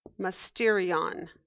Mysterion